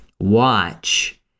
watch